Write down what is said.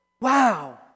wow